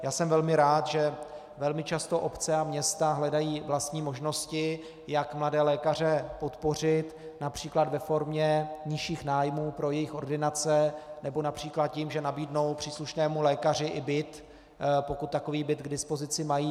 Já jsem velmi rád, že velmi často obce a města hledají vlastní možnosti, jak mladé lékaře podpořit například ve formě nižších nájmů pro jejich ordinace nebo například tím, že nabídnou příslušnému lékaři i byt, pokud takový byt k dispozici mají.